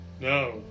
no